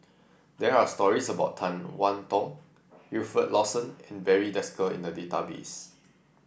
there are stories about Tan one Tong Wilfed Lawson and Barry Desker in the database